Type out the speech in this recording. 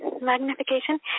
magnification